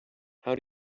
how